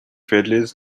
fridges